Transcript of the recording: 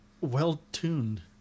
well-tuned